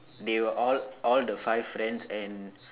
they were all all the five friends and